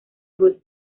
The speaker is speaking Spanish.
ruth